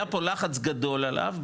היה פה לחץ גדול עליו,